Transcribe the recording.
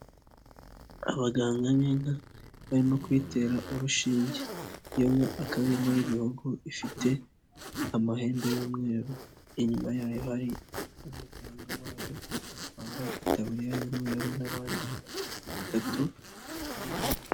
Abaganga b'inka barimo kuyitera urushinge, iyo nka akaba ari inka y'ibihogo ifite amahembe y'umweru, inyuma yayo hari umuganga wayo wambaye itaburiya y'umweru n'abandi batatu barihamwe.